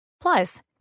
Plus